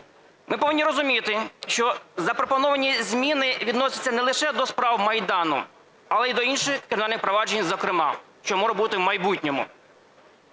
Ми повинні розуміти, що запропоновані зміни вносяться не лише для справ Майдану, але й до інших кримінальних проваджень, зокрема що можуть бути в майбутньому.